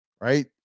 Right